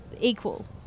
equal